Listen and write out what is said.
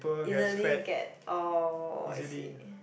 easily get orh I see